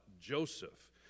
Joseph